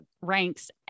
ranks